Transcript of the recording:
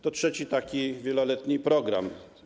To trzeci taki wieloletni program.